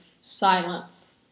silence